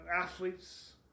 athletes